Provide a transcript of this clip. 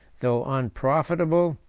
though unprofitable,